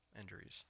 injuries